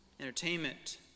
entertainment